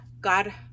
God